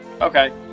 Okay